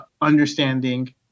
understanding